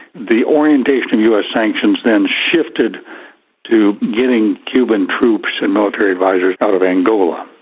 the orientation of us sanctions then shifted to getting cuban troops and military advisors out of angola.